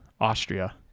Austria